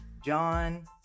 john